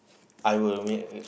I would w~